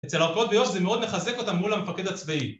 אצל ערכאות ביו"ש זה מאוד מחזק אותם מול המפקד הצבאי